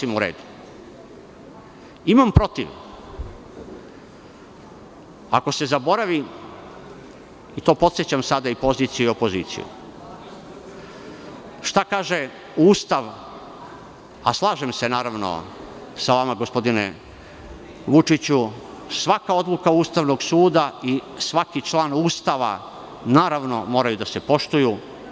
Imam protiv ako se zaboravi, i to podsećam sada poziciju i opoziciju šta kaže Ustav, a slažem se sa vama gospodine Vučiću, svaka odluka Ustavnog suda i svaki član Ustava moraju da se poštuju.